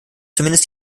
zumindest